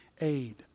aid